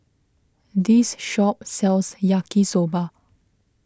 this shop sells Yaki Soba